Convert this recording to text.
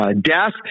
death